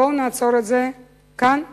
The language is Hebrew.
בואו נעצור את זה כאן ועכשיו,